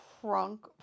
trunk